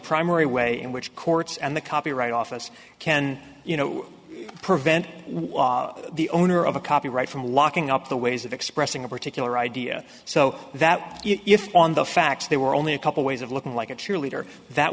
primary way in which courts and the copyright office can you know prevent what the owner of a copyright from locking up the ways of expressing a particular idea so that if on the facts they were only a couple ways of looking like a cheerleader that